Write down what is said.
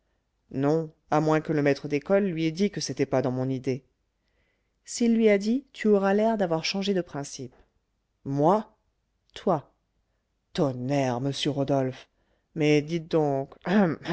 non non à moins que le maître d'école lui ait dit que c'était pas dans mon idée s'il lui a dit tu auras l'air d'avoir changé de principes moi toi tonnerre monsieur rodolphe mais dites donc